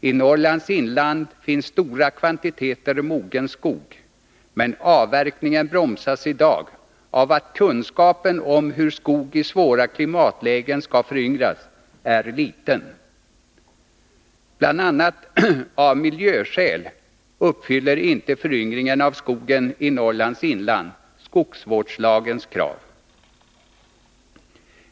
I Norrlands inland finns stora kvantiteter mogen skog, men avverkningen bromsas i dag av att kunskapen om hur skog i svåra klimatlägen skall föryngras är liten. Bl. a. av miljöskäl uppfyller inte föryngringen av skogen i Norrlands inland skogsvårdslagens krav.